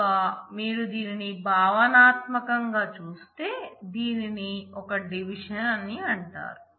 కనుక మీరు దీనిని భావనాత్మకంగా చూస్తే దీనిని ఒక డివిజన్ అని అంటారు